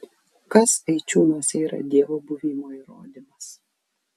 kas eičiūnuose yra dievo buvimo įrodymas